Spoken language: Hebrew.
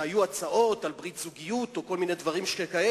שהיו הצעות על ברית זוגיות או כל מיני דברים שכאלה,